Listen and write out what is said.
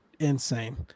Insane